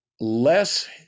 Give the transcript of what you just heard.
less